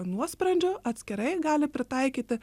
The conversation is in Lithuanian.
nuosprendžio atskirai gali pritaikyti